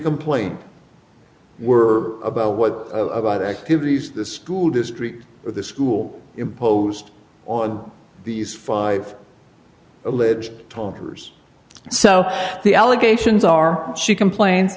complaint were about what about activities the school district or the school imposed on these five alleged talkers so the allegations are she complains